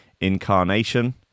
Incarnation